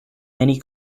many